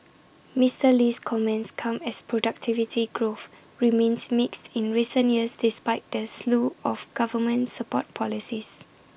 Mister Lee's comments come as productivity growth remains mixed in recent years despite the slew of government support policies